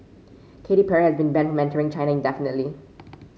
Katy Perry has been banned China indefinitely